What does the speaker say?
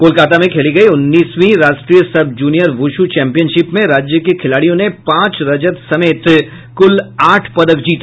कोलकाता में खेली गयी उनीसवीं राष्ट्रीय सब जूनियर वुशू चैंपियनशिप में राज्य के खिलाड़ियों ने पांच रजत समेत कुल आठ पदक जीते